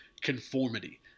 conformity